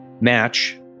match